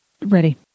Ready